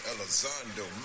Elizondo